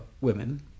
women